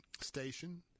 station